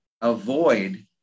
avoid